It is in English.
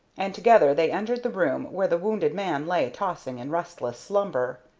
and together they entered the room where the wounded man lay tossing in restless slumber.